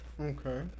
Okay